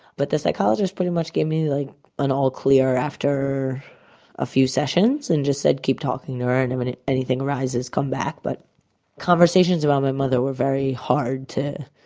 but the psychologist pretty much gave me like an all clear after a few sessions and just said keep talking to her and and if anything arises come back. but conversations about my mother were very hard to,